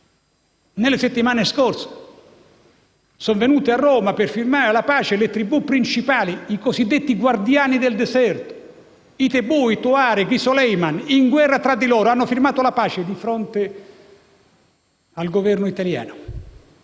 Nelle settimane scorse sono venute a Roma le tribù principali, i cosiddetti guardiani del deserto - i Tebu, i Tuareg, i Suleiman - che erano in guerra tra di loro e hanno firmato la pace di fronte al Governo italiano.